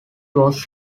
was